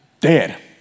dead